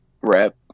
rep